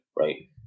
right